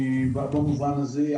במובן הזה,